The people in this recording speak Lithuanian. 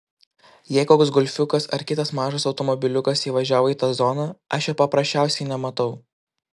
jei koks golfiukas ar kitas mažas automobiliukas įvažiavo į tą zoną aš jo paprasčiausiai nematau